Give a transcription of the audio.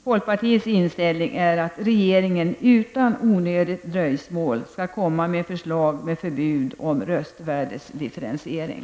Folkpartiets inställning är att regeringen utan onödigt dröjsmål skall komma med förslag om förbud mot röstvärdesdifferentiering.